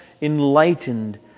enlightened